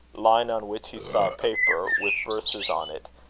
lying on which he saw a paper with verses on it,